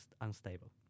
Unstable